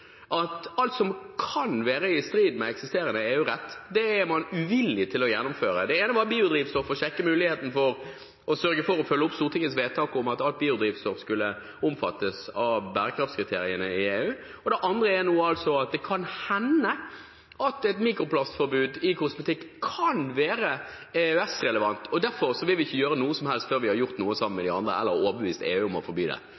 at alt som kan være i strid med eksisterende EU-rett, er man uvillig til å gjennomføre. Det ene var biodrivstoff og å sjekke muligheten for å sørge for å følge opp Stortingets vedtak om at alt biodrivstoff skulle omfattes av bærekraftskriteriene i EU. Det andre er altså at det kan hende at et mikroplastforbud i kosmetikk kan være EØS-relevant, og derfor vil vi ikke gjøre noe som helst før vi har gjort noe sammen med de andre, eller har overbevist EU om å forby det.